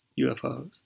UFOs